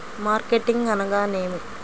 Marketing అనగానేమి?